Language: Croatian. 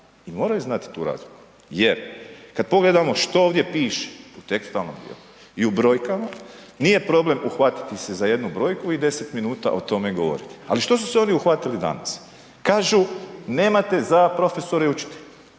I moraju znati tu razliku jer kada pogledamo što ovdje piše u tekstualnom dijelu i u brojkama nije problem uhvatiti se za jednu brojku i deset minuta o tome govoriti. Ali što su se oni uhvatili danas, kažu nemate za profesore i učitelje.